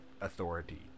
authority